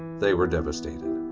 they were devastated.